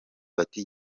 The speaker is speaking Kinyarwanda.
bati